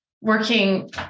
working